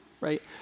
right